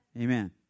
Amen